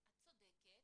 את צודקת,